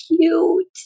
cute